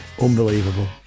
Unbelievable